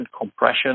compression